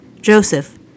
Joseph